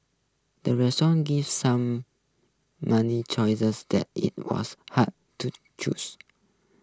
the restaurant gave some many choices that it was hard to choose